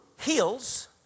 heals